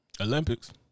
Olympics